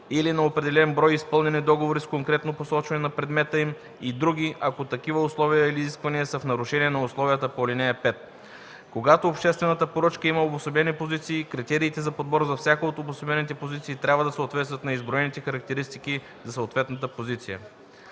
или на определен брой изпълнени договори с конкретно посочване на предмета им и други, ако такива условия или изисквания са в нарушение на условията по ал. 5. Когато обществената поръчка има обособени позиции, критериите за подбор за всяка от обособените позиции трябва да съответстват на изброените характеристики за съответната позиция.”